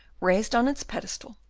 raised on its pedestal,